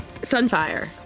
Sunfire